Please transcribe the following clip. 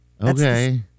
Okay